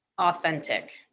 authentic